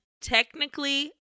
technically